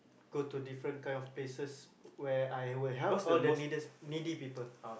go to different kind of places where I will help all the needest needy people